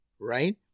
right